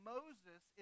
Moses